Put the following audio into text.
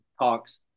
talks